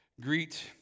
Greet